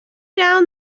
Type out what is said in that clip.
down